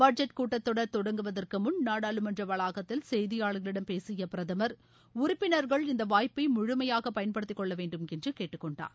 budget கூட்டத்தொடர் தொடங்குவதற்கு முன் நாடாளுமன்ற வளாகத்தில் செய்தியாளர்களிடம் பேசிய பிரதமர் உறுப்பினர்கள் இந்த வாய்ப்பை முழுமையாக பயன்படுத்தி கொள்ள வேண்டுமென்று கேட்டுக்கொண்டார்